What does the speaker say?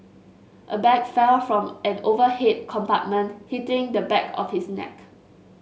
a bag fell from an overhead compartment hitting the back of his neck